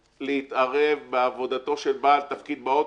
להתערב בעבודתו של בעל תפקיד באוטובוס,